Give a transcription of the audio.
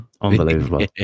Unbelievable